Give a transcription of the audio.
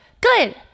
good